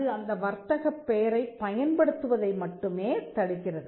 அது அந்த வர்த்தகப் பெயரைப் பயன்படுத்துவதை மட்டுமே தடுக்கிறது